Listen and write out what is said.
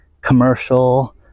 commercial